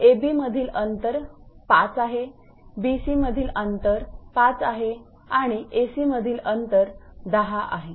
𝑎𝑏 मधील अंतर 5 आहे 𝑏𝑐 मधील अंतर 5 आहे आणि 𝑎𝑐 मधील अंतर 10 आहे